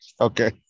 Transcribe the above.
okay